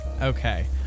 Okay